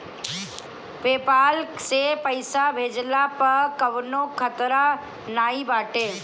PayPal से पईसा भेजला पअ कवनो खतरा नाइ बाटे